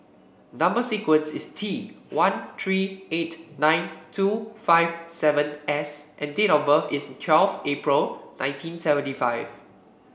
number sequence is T one three eight nine two five seven S and date of birth is twelfth April nineteen seventy five